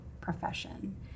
profession